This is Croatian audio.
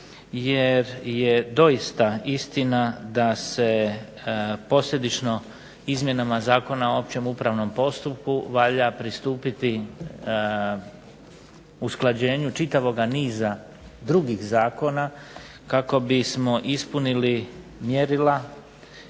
jer je doista istina da se posljedično izmjenama Zakona o općem upravnom postupku valja pristupiti usklađenju čitavoga niza drugih zakona kako bismo ispunili mjerila